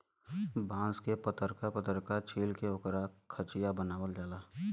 बांस के पतरका पतरका छील के ओकर खचिया बनावल जाला